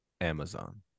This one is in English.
Amazon